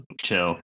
Chill